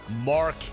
Mark